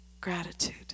gratitude